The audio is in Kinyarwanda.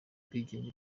ubwigenge